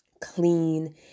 clean